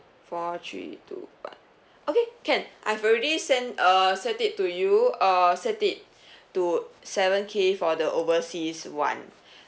four three two one okay can I've already sent uh set it to you err set it to seven K for the overseas one